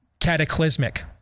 cataclysmic